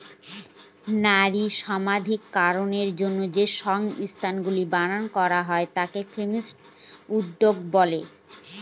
নারী সমানাধিকারের জন্য যে সংস্থাগুলা বানানো করা হয় তাকে ফেমিনিস্ট উদ্যোক্তা বলে